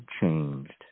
changed